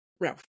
Ralph